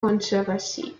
controversy